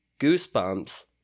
Goosebumps